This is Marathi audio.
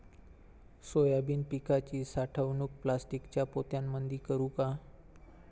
सोयाबीन पिकाची साठवणूक प्लास्टिकच्या पोत्यामंदी करू का?